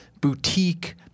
boutique